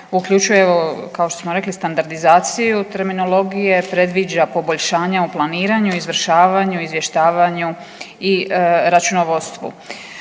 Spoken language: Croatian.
uključuje evo kao što smo reklo standardizaciju terminologije, predviđa poboljšanja u planiranju, izvršavanju, izvještavanju i računovodstvu.